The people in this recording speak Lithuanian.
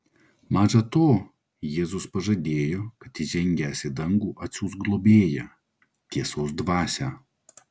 maža to jėzus pažadėjo kad įžengęs į dangų atsiųs globėją tiesos dvasią